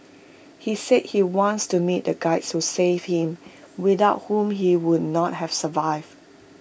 he said he wants to meet the Guides who saved him without whom he would not have survived